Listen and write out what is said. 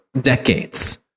decades